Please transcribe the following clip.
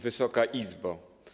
Wysoka Izbo!